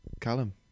Callum